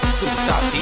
superstar